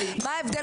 מה ההבדל